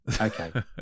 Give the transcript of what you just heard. Okay